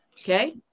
Okay